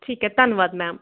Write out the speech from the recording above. ਠੀਕ ਹੈ ਧੰਨਵਾਦ ਮੈਮ